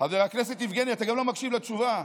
חבר הכנסת יבגני, אתה גם לא מקשיב לתשובה.